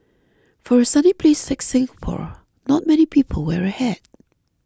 for a sunny place like Singapore not many people wear a hat